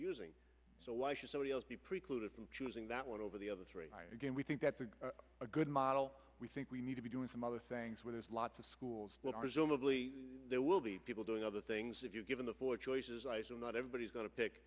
using so why should somebody else be precluded from choosing that one over the other three again we think that's a good model we think we need to be doing some other things where there's lots of schools will presumably there will be people doing other things if you've given the four choices i so not everybody is going to pick